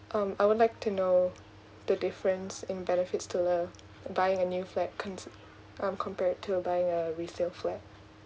um I would like to know the difference in benefits to in buying a new flat consi~ um compared to buying a resale flat